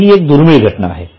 आता ही एक दुर्मिळ घटना आहे